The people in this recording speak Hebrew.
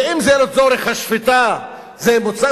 ואם זה לצורך השפיטה זה מוצדק,